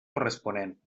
corresponent